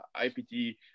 IPT